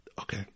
Okay